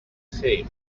خیر